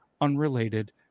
unrelated